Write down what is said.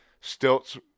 stilts